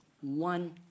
one